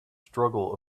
struggle